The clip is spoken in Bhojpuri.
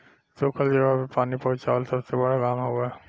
सुखल जगह पर पानी पहुंचवाल सबसे बड़ काम हवे